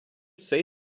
цей